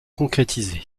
concrétisé